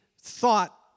thought